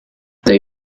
they